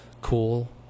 cool